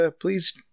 please